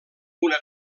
una